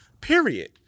Period